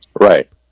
right